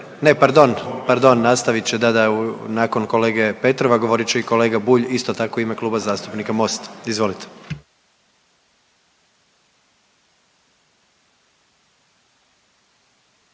pardon nastavit će da, da nakon kolege Petrova govorit će i kolega Bulj isto tako u ime Kluba zastupnika Mosta. Izvolite.